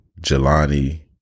Jelani